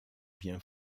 bien